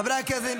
חברי הכנסת,